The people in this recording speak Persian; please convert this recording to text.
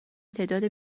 تعداد